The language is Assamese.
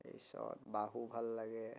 তাৰ পিছত বাহু ভাল লাগে